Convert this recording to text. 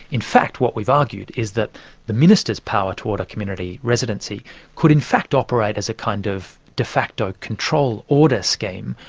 in fact, what we've argued is that the minister's power toward a community residency could in fact operate as a kind of de facto control order scheme,